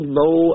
low